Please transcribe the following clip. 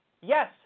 Yes